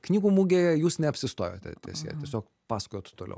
knygų mugėje jūs neapsistojote ties ja tiesiog pasakojot toliau